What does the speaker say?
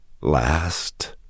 Last